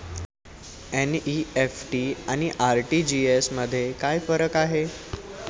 NEFT आणि RTGS मध्ये काय फरक आहे?